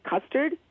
custard